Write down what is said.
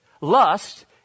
Lust